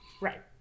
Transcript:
right